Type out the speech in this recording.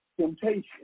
temptation